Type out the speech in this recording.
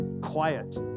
quiet